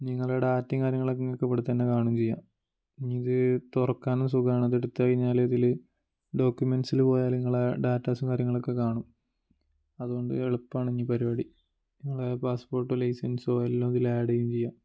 നിങ്ങളെ ഡാറ്റയും കാര്യങ്ങളൊക്കെ നിങ്ങൾക്ക് ഇവിടെ തന്നെ കാണുകയും ചെയ്യാം ഇനി ഇത് തുറക്കാനും സുഖമാണ് അത് എടുത്ത് കഴിഞ്ഞാൽ ഇതിൽ ഡോക്യുമെൻസിൽ പോയാൽ നിങ്ങളെ ഡാറ്റാസും കാര്യങ്ങളൊക്കെ കാണും അതുകൊണ്ട് എളുപ്പമാണ് ഇനി പരിപാടി നിങ്ങളെ പാസ്പോട്ടോ ലൈസൻസോ എല്ലാം ഇതിൽ ആഡ് ചെയ്യുകയും ചെയ്യാം